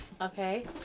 Okay